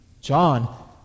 John